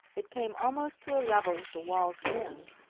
it came almost to a level with the wall's rim,